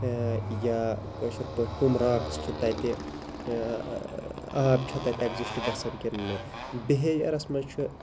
یا کٲشٕر پٲٹھۍ کُم راکس چھِ تَتہِ آب چھا تَتہِ ایٚگزِسٹ گَژھان کِنہ نہَ بِہیویرَس مَنٛز چھُ